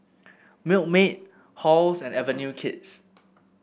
Milkmaid Halls and Avenue Kids